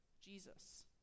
Jesus